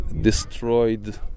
destroyed